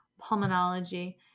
pulmonology